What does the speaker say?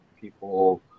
people